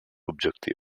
objectiu